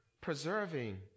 preserving